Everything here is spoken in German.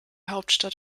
hauptstadt